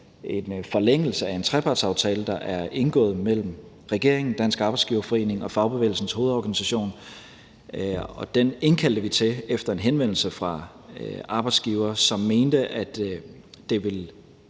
en forlængelse af en trepartsaftale, der er indgået mellem regeringen, Dansk Arbejdsgiverforening og Fagbevægelsens Hovedorganisation. Og den indkaldte vi til efter en henvendelse fra arbejdsgivere, som mente, at det dels